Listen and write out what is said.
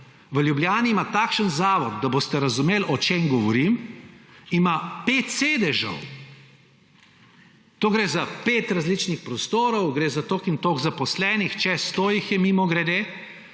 V Ljubljani ima takšne zavod, da boste razumeli, o čem govorim, ima pet sedežev. To gre za pet različnih prostorov, gre za toliko in toliko zaposlenih – čez 100 jih je, mimogrede